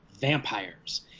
vampires